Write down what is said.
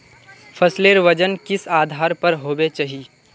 फसलेर वजन किस आधार पर होबे चही?